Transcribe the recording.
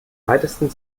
weitesten